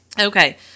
Okay